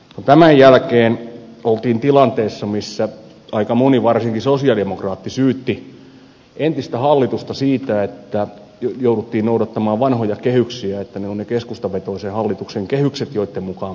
tämän jälkeen oltiin tilanteessa missä aika moni varsinkin sosialidemokraatti syytti entistä hallitusta siitä että jouduttiin noudattamaan vanhoja kehyksiä että ne ovat ne keskustavetoisen hallituksen kehykset joitten mukaan mennään